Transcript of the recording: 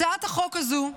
הצעת החוק הזאת,